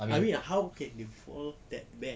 I mean how can they fall that bad